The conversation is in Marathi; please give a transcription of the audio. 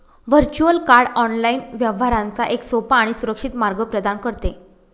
व्हर्च्युअल कार्ड ऑनलाइन व्यवहारांचा एक सोपा आणि सुरक्षित मार्ग प्रदान करते